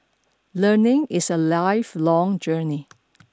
learning is a lifelong journey